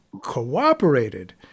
cooperated